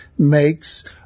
makes